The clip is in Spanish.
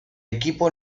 equipo